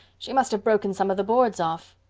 she must have broken some of the boards off.